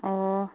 ꯑꯣ